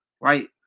right